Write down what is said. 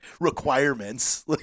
requirements